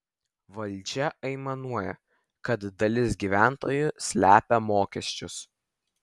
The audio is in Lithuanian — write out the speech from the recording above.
valdžia aimanuoja kad dalis gyventojų slepia mokesčius